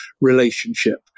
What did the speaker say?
relationship